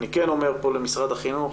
אני כן אומר כאן למשרד החינוך